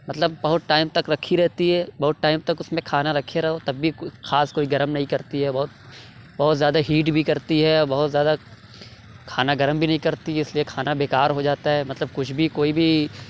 مطلب بہت ٹائم تک رکھی رہتی ہے بہت ٹائم تک اس میں کھانا رکھے رہو تب بھی خاص کوئی گرم نہیں کرتی ہے بہت بہت زیادہ ہیٹ بھی کرتی ہے بہت زیادہ کھانا گرم بھی نہیں کرتی اس لیے کھانا بے کار ہوجاتا ہے مطلب کچھ بھی کوئی بھی